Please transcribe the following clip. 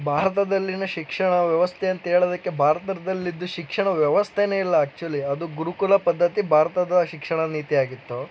ಭಾರತದಲ್ಲಿನ ಶಿಕ್ಷಣ ವ್ಯವಸ್ಥೆ ಅಂತೇಳೋದಕ್ಕೆ ಭಾರತದಲ್ಲಿದ್ದ ಶಿಕ್ಷಣ ವ್ಯವಸ್ಥೆನೇ ಇಲ್ಲ ಆ್ಯಕ್ಚುಲಿ ಅದು ಗುರುಕುಲ ಪದ್ಧತಿ ಭಾರತದ ಶಿಕ್ಷಣ ನೀತಿಯಾಗಿತ್ತು